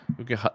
Okay